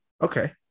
Okay